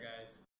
guys